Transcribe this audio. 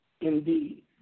indeed